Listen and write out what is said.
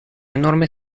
enorme